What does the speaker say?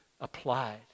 applied